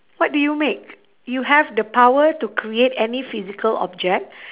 what do you make you have the power to create any physical object